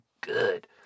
good